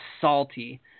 salty